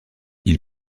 ils